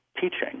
teaching